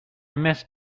missed